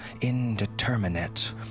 indeterminate